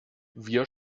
wir